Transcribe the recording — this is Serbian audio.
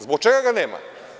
Zbog čega ga nema?